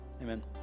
Amen